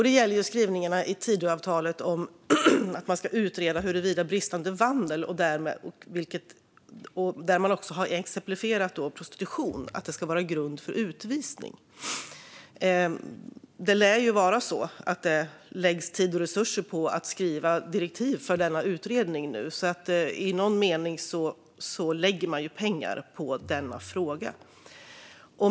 Det gäller skrivningarna i Tidöavtalet om att man ska utreda huruvida bristande vandel, där man bland annat har exemplifierat detta med prostitution, ska vara grund för utvisning. Det lär ju vara så att det nu läggs tid och resurser på att skriva direktiv för denna utredning; i någon mening lägger man alltså pengar på denna fråga.